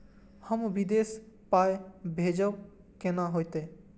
हम विदेश पाय भेजब कैना होते?